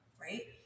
Right